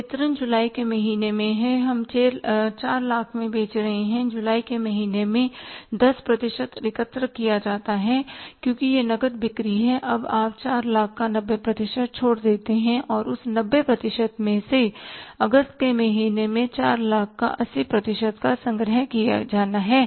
तो वितरण जुलाई के महीने में है हम 400000 में बेच रहे हैं जुलाई के महीने में 10 प्रतिशत एकत्र किया जाता है क्योंकि यह नकद बिक्री है अब आप 400000 का 90 प्रतिशत छोड़ देते है और उस 90 प्रतिशत में से अगस्त के महीने में 400000 का 80 प्रतिशत का संग्रह किया जाना है